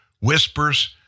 whispers